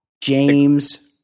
James –